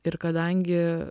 ir kadangi